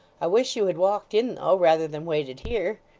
i wish you had walked in though, rather than waited here